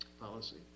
policy